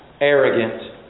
arrogant